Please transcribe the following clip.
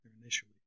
initially